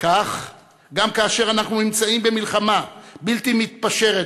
גם כאשר אנחנו נמצאים במלחמה בלתי מתפשרת